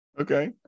Okay